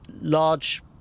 large